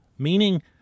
Meaning